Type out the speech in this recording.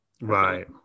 Right